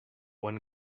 when